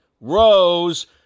rose